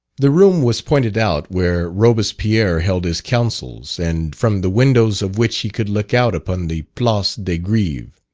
the room was pointed out where robespierre held his counsels, and from the windows of which he could look out upon the place de greve,